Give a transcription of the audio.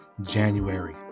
January